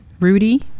Rudy